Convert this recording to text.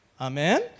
Amen